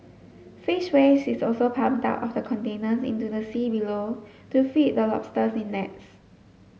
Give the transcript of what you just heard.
fish waste is also pumped out of the containers into the sea below to feed the lobsters in nets